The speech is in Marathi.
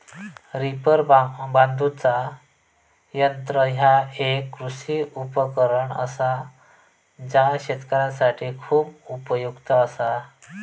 रीपर बांधुचा यंत्र ह्या एक कृषी उपकरण असा जा शेतकऱ्यांसाठी खूप उपयुक्त असा